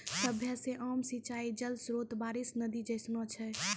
सभ्भे से आम सिंचाई जल स्त्रोत बारिश, नदी जैसनो छै